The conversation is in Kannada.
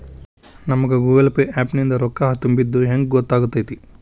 ನಮಗ ಗೂಗಲ್ ಪೇ ಆ್ಯಪ್ ನಿಂದ ರೊಕ್ಕಾ ತುಂಬಿದ್ದ ಹೆಂಗ್ ಗೊತ್ತ್ ಆಗತೈತಿ?